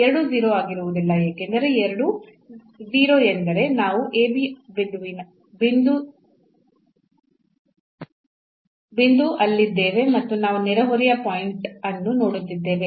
ಎರಡೂ 0 ಆಗಿರುವುದಿಲ್ಲ ಏಕೆಂದರೆ ಎರಡೂ 0 ಎಂದರೆ ನಾವು ab ಬಿಂದು ಅಲ್ಲಿದ್ದೇವೆ ಮತ್ತು ನಾವು ನೆರೆಹೊರೆಯ ಪಾಯಿಂಟ್ ಅನ್ನು ನೋಡುತ್ತಿದ್ದೇವೆ